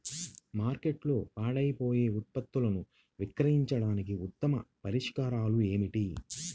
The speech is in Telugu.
మార్కెట్లో పాడైపోయే ఉత్పత్తులను విక్రయించడానికి ఉత్తమ పరిష్కారాలు ఏమిటి?